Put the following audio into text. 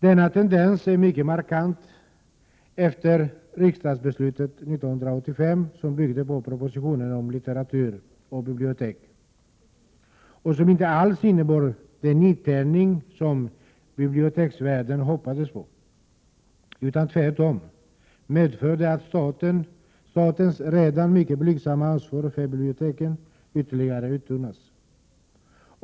Denna tendens är mycket markant efter riksdagsbeslutet 1985, som byggde på propositionen Om litteratur och bibliotek och som inte alls innebar den nytändning som biblioteksvärlden hoppats på utan tvärtom medförde att statens redan mycket blygsamma ansvar för folkbiblioteken ytterligare uttunnades.